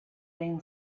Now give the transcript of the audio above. been